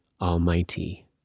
Almighty